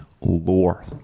lore